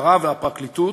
המשטרה והפרקליטות,